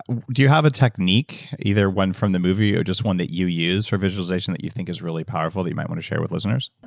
do you have a technique, either one from the movie or just one that you use for visualization, that you think is really powerful that you might want to share with listeners?